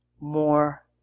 more